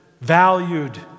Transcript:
valued